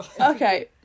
Okay